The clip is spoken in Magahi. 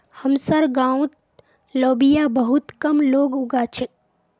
हमसार गांउत लोबिया बहुत कम लोग उगा छेक